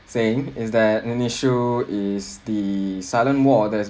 saying is that an issue is the sudden war of that's